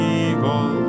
evil